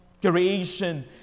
creation